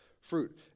fruit